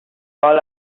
all